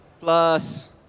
Plus